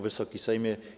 Wysoki Sejmie!